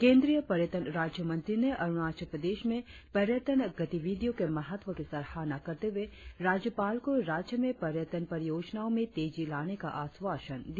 केंद्रीय पर्यटन राज्य मंत्री ने अरुणाचल प्रदेश में पर्यटन गतिविधियों के महत्व की सराहना करते हुए राज्यपाल को राज्य में पर्यटन परियोजनाओं में तेजी लाने का आश्वासन दिया